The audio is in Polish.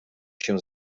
się